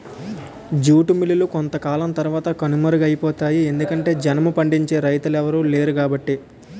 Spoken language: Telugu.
జూట్ మిల్లులు కొంతకాలం తరవాత కనుమరుగైపోతాయి ఎందుకంటె జనుము పండించే రైతులెవలు లేరుకాబట్టి